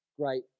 great